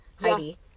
Heidi